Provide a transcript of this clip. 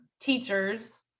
teachers